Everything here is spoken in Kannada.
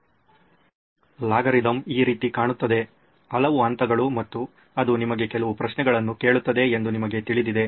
ಅಲ್ಗಾರಿದಮ್ ಈ ರೀತಿ ಕಾಣುತ್ತದೆ ಹಲವು ಹಂತಗಳು ಮತ್ತು ಅದು ನಿಮಗೆ ಕೆಲವು ಪ್ರಶ್ನೆಗಳನ್ನು ಕೇಳುತ್ತದೆ ಎಂದು ನಿಮಗೆ ತಿಳಿದಿದೆ